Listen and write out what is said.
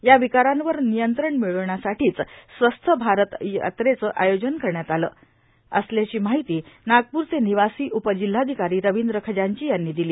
या विकारांवर नियंत्रण मिळवण्यासाठीच स्वस्थ भारत यात्रेचं आयोजन करण्यात आलं असल्याची माहिती नागपूरचे निवासी उपजिल्हाधिकारी रविंद्र खजांची यांनी दिली